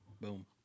Boom